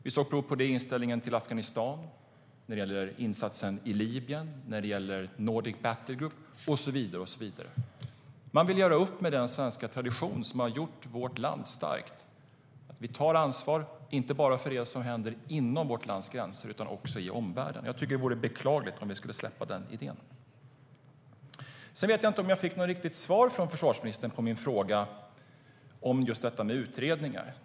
Vi såg prov på det i inställningen till Afghanistan, när det gällde insatsen i Libyen, när det gällde Nordic Battlegroup och så vidare. Jag vet inte om jag fick något riktigt svar från försvarsministern på min fråga om utredningar.